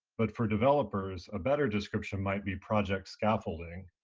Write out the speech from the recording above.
but for developers, a better description might be project scaffolding.